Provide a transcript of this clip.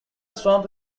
swamp